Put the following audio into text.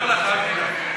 אני אבשר לך, אל תדאג.